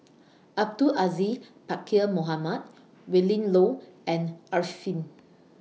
Abdul Aziz Pakkeer Mohamed Willin Low and Arifin